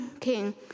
king